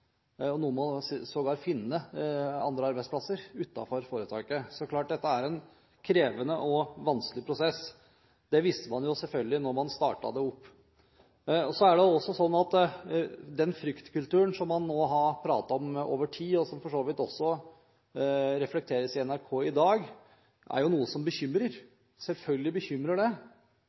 man nå har pratet om over en tid, og som for så vidt også reflekteres i NRK i dag, er noe som bekymrer. Selvfølgelig bekymrer det.